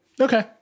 Okay